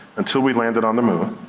until we landed on the moon.